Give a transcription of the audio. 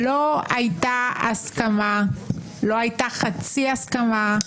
לא הייתה הסכמה, לא הייתה חצי הסכמה,